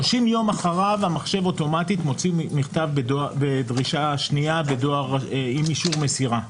30 יום אחריו המחשב אוטומטית מוציא מכתב דרישה שנייה עם אישור מסירה.